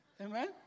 Amen